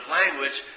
language